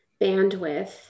bandwidth